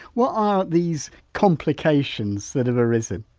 what are these complications that have arisen?